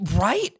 Right